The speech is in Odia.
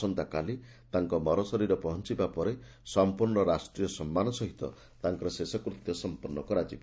ଆସନ୍ତାକାଲି ତାଙ୍କ ମରଶରୀର ପହଞ୍ ବା ପରେ ସମ୍ମର୍ଶ୍ୱ ରାଷ୍ଟୀୟ ସମ୍ମାନ ସହିତ ତାଙ୍କର ଶେଷକୃତ୍ୟ ସମ୍ମନ୍ନ କରାଯିବ